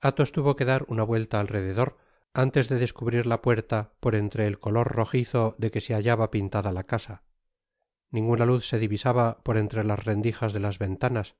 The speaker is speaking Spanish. athos tuvo que dar una vuelta alrededor antes de descubrir la puerta por entre el color rojizo de que se hallaba pintada la casa ninguna luz se divisaba por entre las rendijas de las ventanas